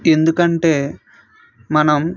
ఎందుకంటే మనం